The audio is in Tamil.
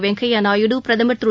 வெங்கையா நாயுடு பிரதமர் திரு